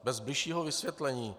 Bez bližšího vysvětlení.